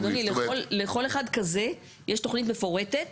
אבל אדוני, לכל אחד כזה יש תוכנית מפורטת